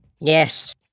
Yes